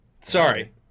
Sorry